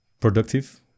productive